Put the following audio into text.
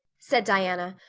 said diana,